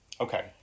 Okay